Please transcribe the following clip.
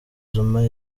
zuma